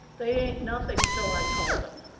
they ain't nothing till i call them.